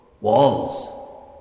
walls